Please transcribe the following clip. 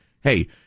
hey